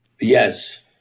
yes